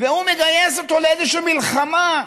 והוא מגייס אותו לאיזושהי מלחמה,